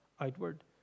outward